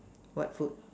what food